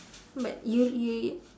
but you you